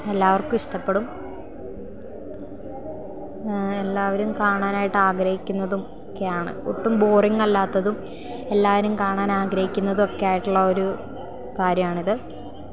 എല്ലാവർക്കും ഇഷ്ടപ്പെടും എല്ലാവരും കാണാനായിട്ട് ആഗ്രഹിക്കുന്നതും ഒക്കെയാണ് ഒട്ടും ബോറിങ്ങല്ലാത്തതും എല്ലാവരും കാണാൻ ആഗ്രഹിക്കുന്നതൊക്കെ ആയിട്ടുള്ള ഒരു കാര്യമാണിത്